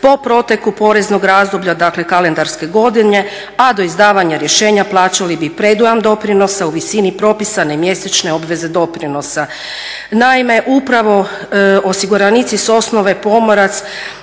po proteku poreznog razdoblja, dakle kalendarske godine, a do izdavanja rješenja plaćali bi predujam doprinosa u visini propisane mjesečne obveze doprinosa. Naime, upravo osiguranici s osnove pomorac